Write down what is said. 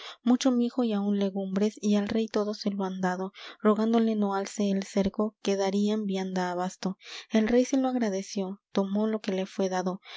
mucho mijo y aun legumbres y al rey todo se lo han dado rogándole no alce el cerco que darían vianda abasto el rey se lo agradeció tomó lo que le fué dado